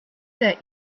that